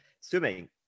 swimming